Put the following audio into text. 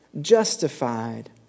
justified